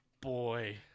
boy